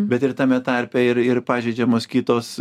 bet ir tame tarpe ir ir pažeidžiamos kitos